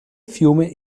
fiume